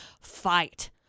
fight